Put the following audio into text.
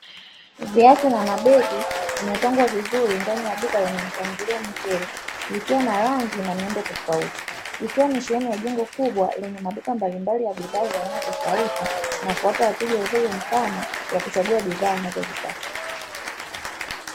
Viatu na mabegi vimepangwa vizuri ndani ya duka lenye mpangilio mzuri vikiwa na rangi na miundo tofauti, ikiwa ni sehemu ya jengo kubwa lenye maduka mbalimbali ya bidhaa za aina tofauti na kuwapa wateja watoto mfano wa kuchagua bidhaa unazozitaka.